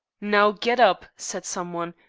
now, get up, said some one,